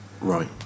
Right